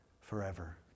forever